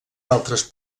altres